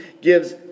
gives